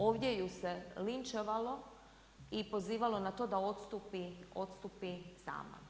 Ovdje ju se linčevalo i pozivalo na to da odstupi sama.